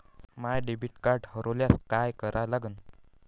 माय debit card हरोल्यास काय करा लागन?